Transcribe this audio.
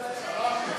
להצעה השנייה,